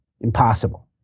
impossible